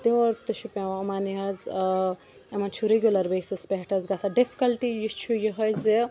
تور تہِ چھُ پٮ۪وان یِمَن یہِ حظ یِمَن چھُ رِگیوٗلَر بیسَس پٮ۪ٹھ حظ گَژھان ڈِفکَلٹی یہِ چھُ یِہوٚے زِ